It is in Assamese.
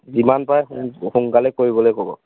যিমান পাৰে সো সোনকালে কৰিবলৈ ক'ব